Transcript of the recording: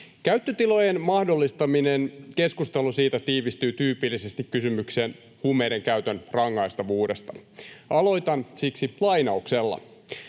Käyttötilojen mahdollistaminen — keskustelu siitä tiivistyy tyypillisesti kysymykseen huumeiden käytön rangaistavuudesta. Aloitan siksi lainauksella: